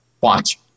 Watch